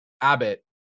Abbott